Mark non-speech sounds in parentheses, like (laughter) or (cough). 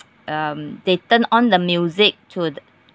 (noise) um they turn on the music to